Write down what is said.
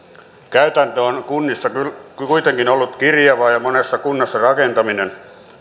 käytäntö on kunnissa kuitenkin ollut kirjavaa ja monessa kunnassa rakentaminen